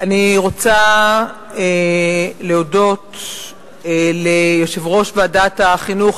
אני רוצה להודות ליושב-ראש ועדת החינוך,